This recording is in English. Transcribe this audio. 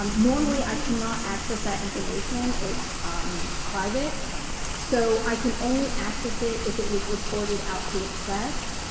um normally i cannot access that information. it's private so i can only access it if it was reported out to the press.